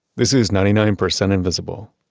this is ninety nine percent invisible.